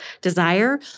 desire